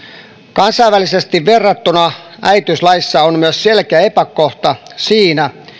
kansainvälisesti verrattuna äitiyslaissa on myös selkeä epäkohta siinä